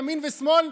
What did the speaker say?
ימין ושמאל: